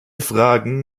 fragen